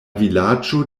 vilaĝo